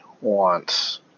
wants